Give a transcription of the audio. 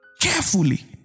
carefully